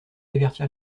avertir